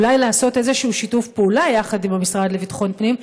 אולי לעשות איזשהו שיתוף פעולה עם המשרד לביטחון פנים,